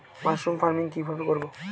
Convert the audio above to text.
Mushroom farming কি ভাবে করব?